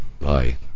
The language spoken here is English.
Bye